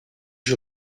you